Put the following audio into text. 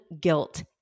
guilt